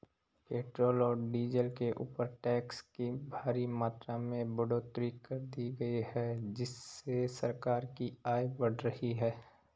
petrol और diesel के ऊपर टैक्स की भारी मात्रा में बढ़ोतरी कर दी गई है जिससे सरकार की आय बढ़ रही है